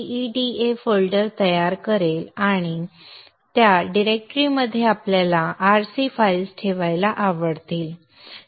gEDA folder तयार करेल आणि त्या डिरेक्टरीमध्ये आपल्याला rc फाइल्स ठेवायला आवडतील